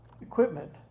equipment